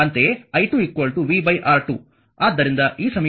ಆದ್ದರಿಂದ v R1 R2 R1 R2 i